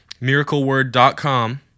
MiracleWord.com